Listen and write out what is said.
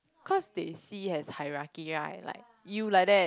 cause they see as hierarchy right like you like that